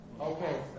Okay